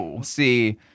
See